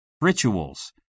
rituals